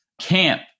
camp